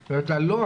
והיא אומרת 'לא,